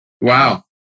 Wow